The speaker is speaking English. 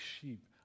sheep